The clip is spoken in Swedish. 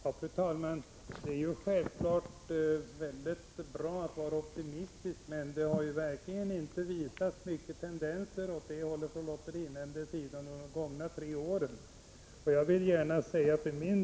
Fru talman! Det är ju väldigt bra att vara optimistisk, men det har verkligen inte visats några tendenser till samförstånd från lotterinämndens sida under de gångna tre åren.